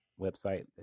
website